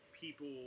people